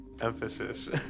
emphasis